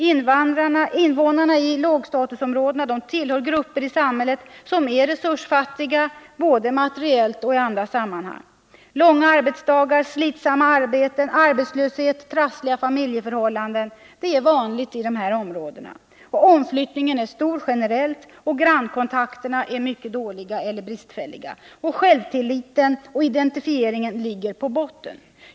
Invånarna i lågstatusområdena tillhör grupper i samhället som är resursfattiga både materiellt och på annat sätt. Långa arbetsdagar, slitsamma arbeten, arbetslöshet och trassliga familjeförhållanden är vanligt i dessa områden. Omflyttningen är generellt stor och grannkontakterna är mycket dåliga eller bristfälliga. Självtilliten och identifieringen ligger på botten.